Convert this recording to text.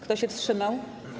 Kto się wstrzymał?